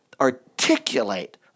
articulate